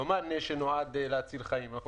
לא מענה שנועד להציל חיים אנחנו